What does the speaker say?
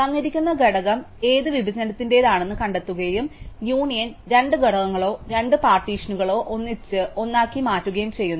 തന്നിരിക്കുന്ന ഘടകം ഏത് വിഭജനത്തിന്റേതാണെന്ന് കണ്ടെത്തുകയും യൂണിയൻ രണ്ട് ഘടകങ്ങളോ രണ്ട് പാർട്ടീഷനുകളോ ഒന്നിച്ച് ഒന്നാക്കി മാറ്റുകയും ചെയ്യുന്നു